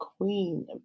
Queen